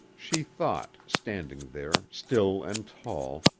she thought, standing there, still and tall,